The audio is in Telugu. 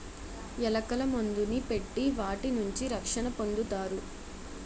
ఎలకల మందుని పెట్టి వాటి నుంచి రక్షణ పొందుతారు